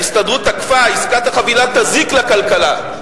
האופוזיציה תקפה: עסקת החבילה תזיק לכלכלה.